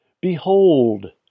Behold